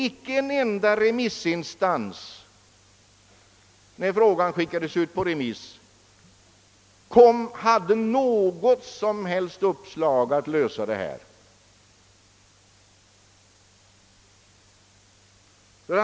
Icke en enda remissinstans hade något som helst uppslag för att lösa detta problem.